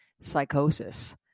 psychosis